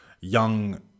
young